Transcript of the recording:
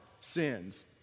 sins